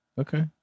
Okay